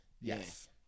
Yes